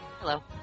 hello